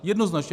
Jednoznačně.